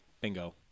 Bingo